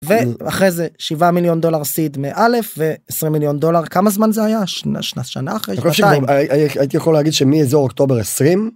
ואחרי זה 7 מיליון דולר סיד מאלף ו20 מיליון דולר כמה זמן זה היה? שנה אחרי שנתיים. אני חושב שהייתי יכול להגיד שמאזור אוקטובר 20.